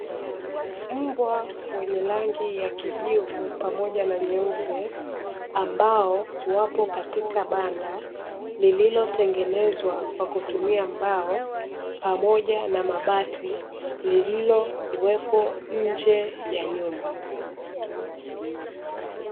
Mbwa wenye rangi ya kijivu pamoja na nyeupe, ambao wapo katika banda, lililotengenezwa kwa kutumia mbao pamoja na mabati lililokuwepo nje ya nyumba.